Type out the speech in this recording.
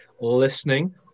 listening